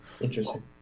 Interesting